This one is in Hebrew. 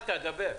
בבקשה.